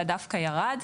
אלא דווקא ירד.